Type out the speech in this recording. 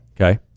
okay